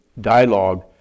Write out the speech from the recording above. dialogue